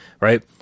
right